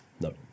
No